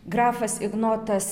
grafas ignotas